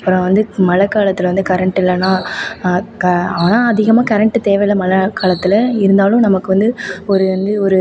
அப்புறம் வந்து மழை காலத்தில் வந்து கரெண்ட் இல்லைனா க ஆனால் அதிகமாக கரெண்ட்டு தேவை இல்லை மழை காலத்தில் இருந்தாலும் நமக்கு வந்து ஒரு வந்து ஒரு